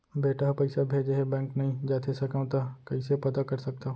बेटा ह पइसा भेजे हे बैंक नई जाथे सकंव त कइसे पता कर सकथव?